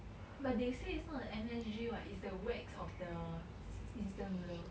but they say it's not the M_S_G what is the wax of the instant noodle